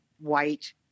white